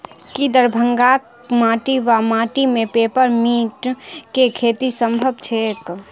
की दरभंगाक माटि वा माटि मे पेपर मिंट केँ खेती सम्भव छैक?